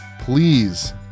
please